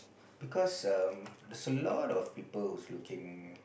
because um there's a lot of people who's looking